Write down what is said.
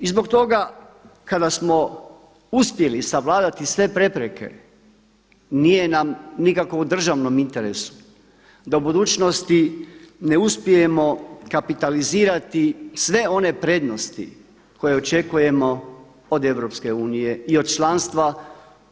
I zbog toga kada smo uspjeli savladati sve prepreke nije nam u nikakvom državnom interesu da u budućnosti ne uspijemo kapitalizirati sve one prednosti koje očekujemo od EU i od članstva